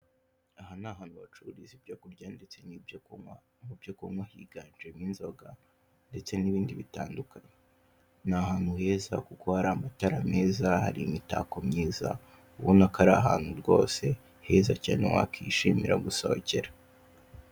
Aha ni hantu bacururiza ibyo kurya ndetse n'ibyo kunywa, mu byo kunywa higanjemo inzoga, ndetse n'ibindi bitandukanye, ni ahantu heza kuko hari amatara meza, hari imitako myiza, ubona ko ari ahantu rwose heza cyane wakishimira gusohokera.